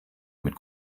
mit